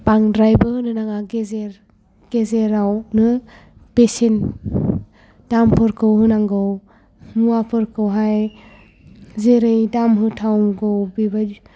बांद्रायबो होनो नाङा गेजेरावनो बेसेन दामफोरखौ होनांगौ मुवाफोरखौहाय जेरै दाम होथाव बेबायदि